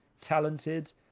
talented